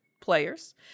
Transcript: players